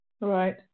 Right